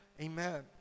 Amen